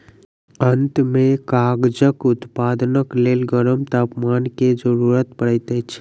अंत में कागजक उत्पादनक लेल गरम तापमान के जरूरत पड़ैत अछि